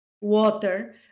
water